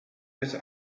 better